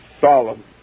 solemn